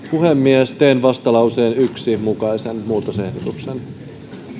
puhemies teen vastalauseen yhden mukaisen muutosehdotuksen